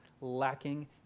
lacking